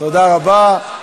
תודה רבה.